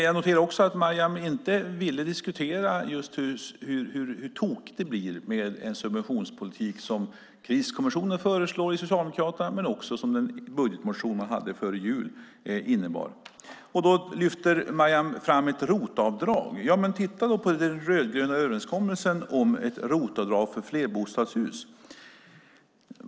Jag noterar också att Maryam inte ville diskutera hur tokigt det blir med en sådan subventionspolitik som Socialdemokraternas kriskommission föreslår och som budgetmotionen före jul innebar. Maryam lyfter fram ett ROT-avdrag. Men titta då på den rödgröna överenskommelsen om ett ROT-avdrag för flerbostadshus!